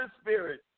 Spirit